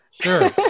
Sure